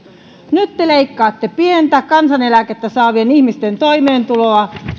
nyt te leikkaatte pientä kansaneläkettä saavien ihmisten toimeentuloa